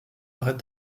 arrête